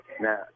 Now